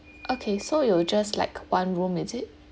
okay so you would just like one room is it